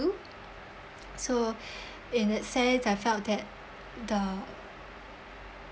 so in that sense I felt that the